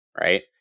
right